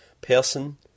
person